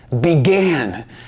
began